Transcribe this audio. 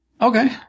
Okay